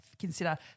consider